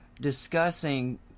discussing